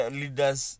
leaders